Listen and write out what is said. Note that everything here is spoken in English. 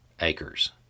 acres